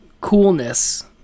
coolness